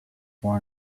for